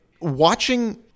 watching